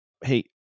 Hey